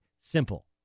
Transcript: simple